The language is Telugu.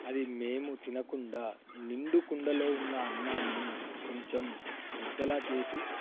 అది మేము తినకుండా నిండుకుండలో ఉన్న అన్నాన్ని కొంచెం ముద్దలా చేసి